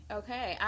okay